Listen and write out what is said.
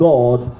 God